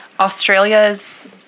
Australia's